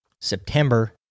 September